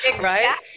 right